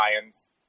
Lions